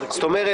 זאת אומרת,